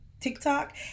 TikTok